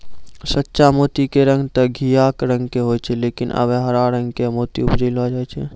सच्चा मोती के रंग तॅ घीयाहा रंग के होय छै लेकिन आबॅ हर रंग के मोती उपजैलो जाय छै